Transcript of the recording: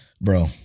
bro